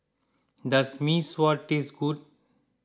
does Mee Sua tastes good